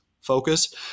focus